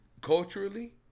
culturally